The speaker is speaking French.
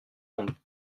monde